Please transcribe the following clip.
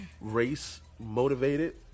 race-motivated